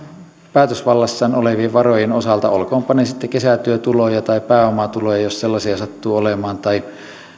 päätösvallassaan olevien varojen osalta olkoonpa ne sitten kesätyötuloja tai pääomatuloja jos sellaisia sattuu olemaan tai